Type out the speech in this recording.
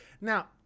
now